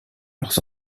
leurs